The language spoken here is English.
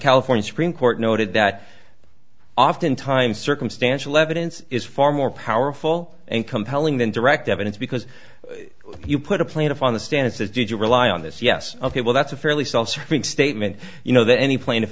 california supreme court noted that oftentimes circumstantial evidence is far more powerful and compelling than direct evidence because if you put a plaintiff on the stances did you rely on this yes ok well that's a fairly self serving statement you know that any pla